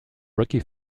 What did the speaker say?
rocky